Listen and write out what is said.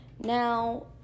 Now